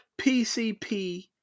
PCP